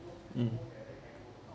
mm